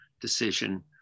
decision